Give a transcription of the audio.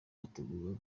wateguwe